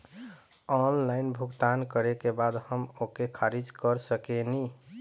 Online भुगतान करे के बाद हम ओके खारिज कर सकेनि?